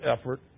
effort